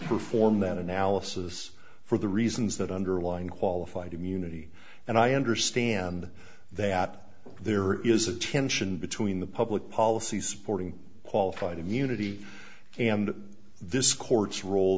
perform that analysis for the reasons that underline qualified immunity and i understand that there is a tension between the public policy supporting qualified immunity and this court's rol